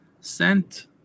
sent